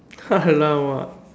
!alamak!